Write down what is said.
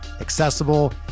accessible